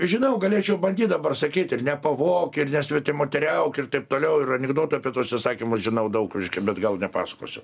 žinau galėčiau bandyt dabar sakyt ir nepavok ir nesvetimoteriauk ir taip toliau ir anekdotų apie tuos įsakymus žinau daug bet gal nepasakosiu